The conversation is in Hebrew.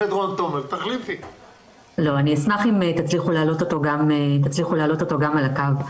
אני אשמח אם תצליחו להעלות אותו גם על הקו.